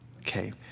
okay